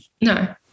No